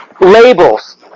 labels